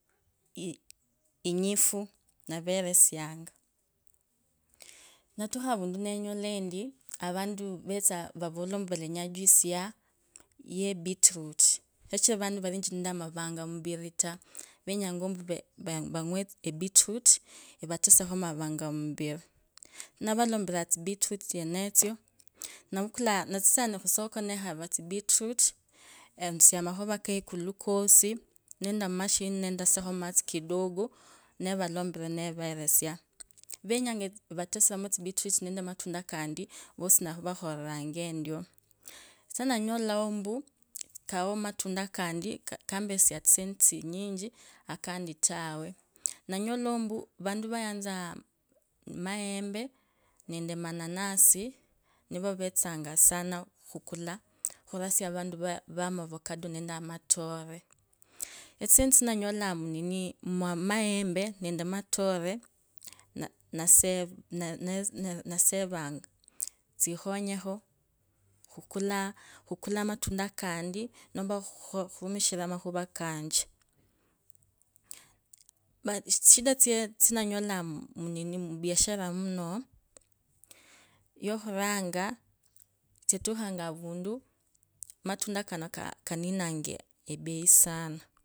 Inyifu ndaveresiongo, natukho avuntu nenyola ombu avanti vetsanga vavola ombu everesie echuisi ya yepituruiti. Kochira avanti valichi nende umavanga mwimbili ta, venyanga ombu vanywe epituruiti evatasiakho amavanga, mwimbili, navaombiranya tsipituruiti tsenetso. Notsitsanga khusuka nekhava tsipituruiti, enduvia omakhova keikulu kosi, nenda mumashini nendasiakho matsi kidogo nevalompira neveresia venyenga evatisiramo tsipituruiti nende matunda kandi vosi ndavakhoriranga endio. Sa ndanyola ombu kawo umatunda kamperesiango tsisendi tsinyichi kandi tawe, ndanyolaombiu maembe nende manana. Si niko kavetsanga khukula tsisendi tsananyolanga mu_nini mumaembe nende mature na- ne- nasevanga, tsikhonyokho khukula khukula matunda kandi nompa khurumishira makhuva kache. But tsishida tsonunyolangu avundu amatunda kano kaninanga ebei sana.